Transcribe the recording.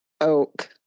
oak